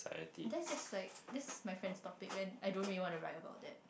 that's just like that's my friend's topic when I don't really wanna write about that